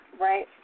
Right